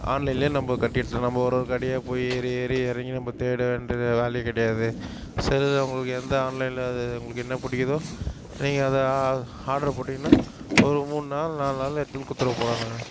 ஆன்லைன்லேயே நமக்கு காட்டிருச்சு நம்ம ஒரு ஒரு கடையாக போய் ஏறி ஏறி இறங்கி நம்ம தேட வேண்டிய வேலையே கிடையாது செல்லில் உங்களுக்கு எந்த ஆன்லைனில் அது உங்களுக்கு என்ன பிடிக்குதோ நீங்கள் அதை ஆ ஆர்டர் போட்டீங்கன்னா ஒரு மூணு நாள் நாலு நாளில் எடுத்துகிட்டு வந்து கொடுத்தறப் போகிறாங்க